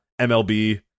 mlb